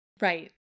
Right